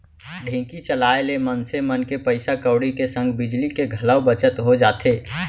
ढेंकी चलाए ले मनसे मन के पइसा कउड़ी के संग बिजली के घलौ बचत हो जाथे